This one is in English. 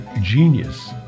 genius